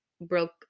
broke